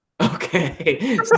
Okay